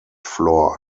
floor